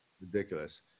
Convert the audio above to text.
Ridiculous